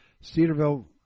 Cedarville